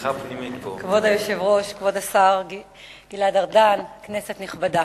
כבוד היושב-ראש, כבוד השר גלעד ארדן, כנסת נכבדה,